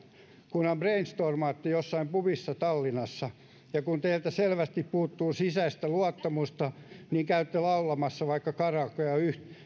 kunhan brainstormaatte jossain pubissa tallinnassa ja kun teiltä selvästi puuttuu sisäistä luottamusta niin käytte laulamassa vaikka karaokea